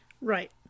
Right